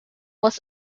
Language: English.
was